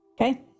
Okay